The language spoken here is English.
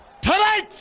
Tonight